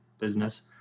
business